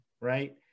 right